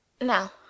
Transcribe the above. Now